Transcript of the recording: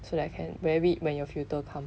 so that I can wear it when your filter come